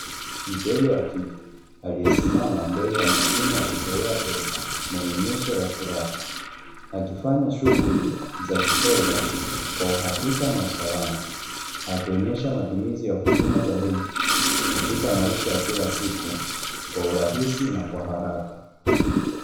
Mteja wa kike aliyesimama mbele ya mashine ya kutolea pesa, mwenye nyuso ya furaha. Akifanya shughuli za kifedha kwa uhakika na usalama. Akionyesha matumizi ya huduma za benki katika maisha ya kila siku kwa urahisi na kwa haraka.